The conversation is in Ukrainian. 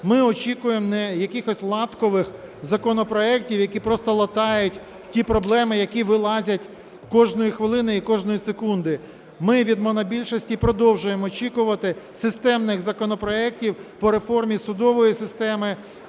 ми очікуємо не якихось латкових законопроектів, які просто латають ті проблеми, які вилазять кожної хвилини і кожної секунди. Ми від монобільшості продовжуємо очікувати системних законопроектів по реформі судової системи,